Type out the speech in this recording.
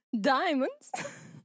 Diamonds